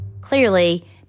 Clearly